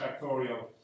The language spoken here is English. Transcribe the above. factorial